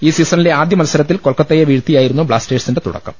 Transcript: ഈ സീസണിലെ ആദ്യ മത്സരത്തിൽ കോൽക്കത്തയെ വീഴ്ത്തിയായിരുന്നു ബ്ലാസ്റ്റേഴ്സിന്റെ തുടക്കം